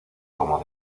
como